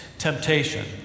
Temptation